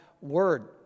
Word